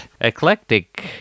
eclectic